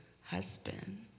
husband